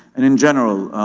and in general,